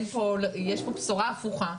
יש פה בשורה הפוכה.